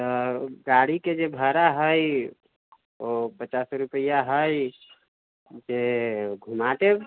गाड़ीके जे भाड़ा है ओ पचास रुपैआ है जे घुमा देब